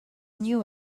knew